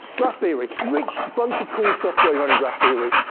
graph theory. rich, bunch of call stuff going on in graph theory.